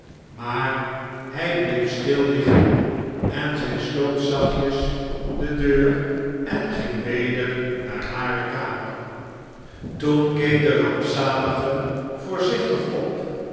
maar hij bleef stil liggen en zij sloot zachtjes de deur en ging weder naar hare kamer toen keek de rampzalige voorzichtig op